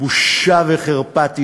בושה וחרפה.